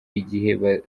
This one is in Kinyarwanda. igihe